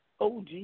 OG